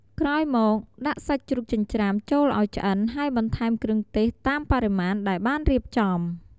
ក្រោយមក ដាក់សាច់ជ្រូកចិញ្ច្រាំចូលឲ្យឆ្អិនហើយបន្ថែមគ្រឿងទេសតាមបរិមាណដែលបានរៀបចំ។